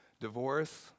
divorce